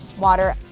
water,